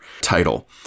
title